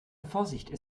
vorsichtig